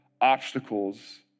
obstacles